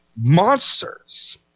monsters